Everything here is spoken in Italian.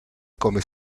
come